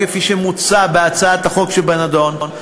כפי שמוצע בהצעת החוק שבנדון,